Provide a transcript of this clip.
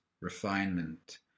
refinement